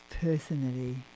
personally